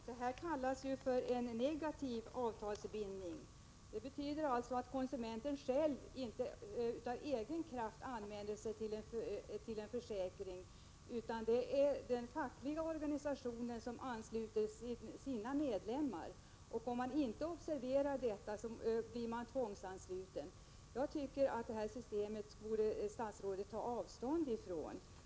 Herr talman! Detta kallas ju för negativ avtalsbindning. Det innebär alltså att konsumenten inte av egen kraft anmäler sig till en försäkring, utan att det är den fackliga organisationen som ansluter sina medlemmar. Om man inte observerar detta blir man alltså tvångsansluten. Jag tycker att statsrådet borde ta avstånd från detta system.